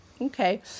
Okay